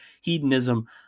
hedonism